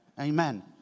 Amen